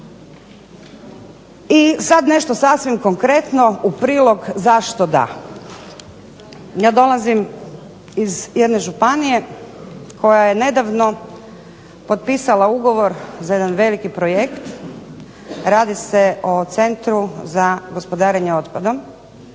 I sad nešto sasvim konkretno u prilog zašto da. Ja dolazim iz jedne županije koja je nedavno potpisala ugovor za jedan veliki projekt. Radi se o Centru za gospodarenje otpadom